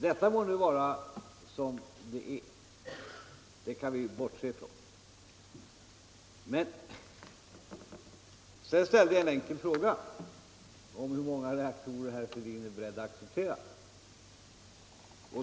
Detta må nu vara som det är — det kan vi bortse från. Men sedan ställde jag en enkel fråga om hur många reaktorer herr Fälldin är beredd att acceptera.